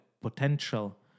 potential